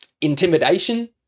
intimidation